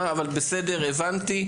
אבל בסדר, הבנתי.